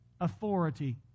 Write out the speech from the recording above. authority